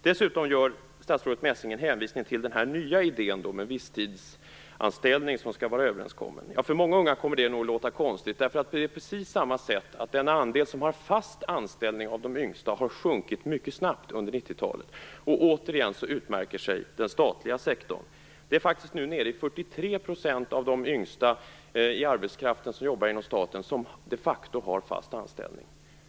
Dessutom gör statsrådet Messing en hänvisning till den nya idén om överenskommen visstidsanställning. För många unga kommer det nog att låta konstigt. Det är ju på precis samma sätt - den andel av de yngsta som har fast anställning har sjunkit mycket snabbt under 1990-talet. Återigen utmärker sig den statliga sektorn. Det är faktiskt bara 43 % av de yngsta som jobbar inom staten som de facto har fast anställning.